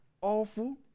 awful